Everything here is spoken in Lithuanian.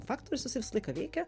faktorius jisai visą laiką veikia